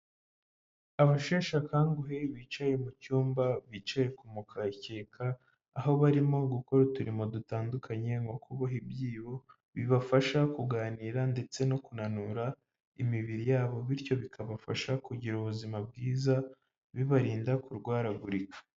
Abasheshe akanguhe bicaye mu cyumba, bicaye ku mukeka, aho barimo gukora uturimo dutandukanye, nko kuboha ibyibo, bibafasha kuganira ndetse no kunanura imibiri yabo, bityo bikabafasha kugira ubuzima bwiza bibarinda kurwaragurika.